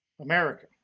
America